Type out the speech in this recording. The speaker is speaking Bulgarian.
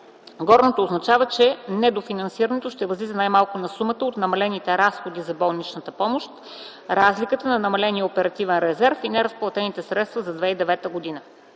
Горното означава, че недофинансирането ще възлиза най-малко на сумата от намалените разходи за болнична помощ, разликата на намаления оперативен резерв и неразплатените средства за 2009 г.